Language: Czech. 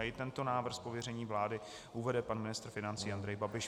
I tento návrh z pověření vlády uvede pan ministr financí Andrej Babiš.